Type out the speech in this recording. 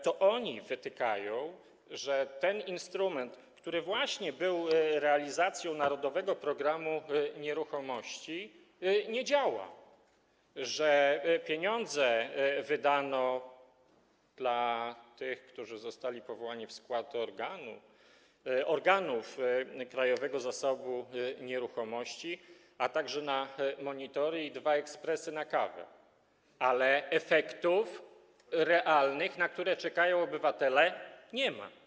To oni wytykają, że ten instrument, który właśnie służył do realizacji narodowego programu nieruchomości, nie działa, że pieniądze wydano dla tych, którzy zostali powołani w skład organów Krajowego Zasobu Nieruchomości, a także na monitory i dwa ekspresy do kawy, ale realnych efektów, na które czekają obywatele, nie ma.